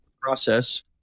process